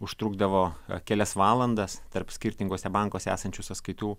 užtrukdavo kelias valandas tarp skirtinguose bankuose esančių sąskaitų